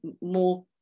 more